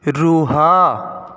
ରୁହ